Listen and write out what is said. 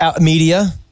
media